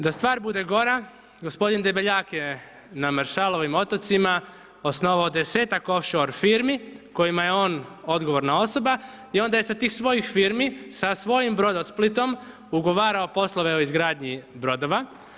Da stvar bude gora gospodin Debeljak je na Maršalovim Otocima osnovao desetak ... firmi kojima je on odgovorna osoba i onda je sa tih svojih firmi, sa svojim Brodosplitom ugovarao poslove o izgradnji brodova.